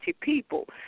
people